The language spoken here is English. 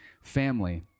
family